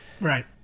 Right